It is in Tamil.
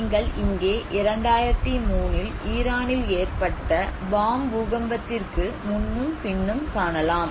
நீங்கள் இங்கே 2003 ல் ஈரானில் ஏற்பட்ட பாம் பூகம்பத்திற்கு முன்னும் பின்னும் காணலாம்